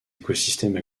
écosystèmes